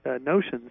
notions